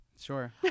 Sure